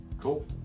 cool